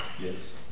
Yes